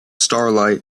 starlight